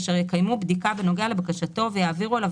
אשר יקיימו בדיקה בנוגע לבקשתו ויעבירו אליו